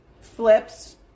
flips